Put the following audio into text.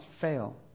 fail